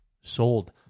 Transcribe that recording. sold